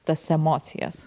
tas emocijas